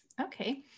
Okay